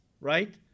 right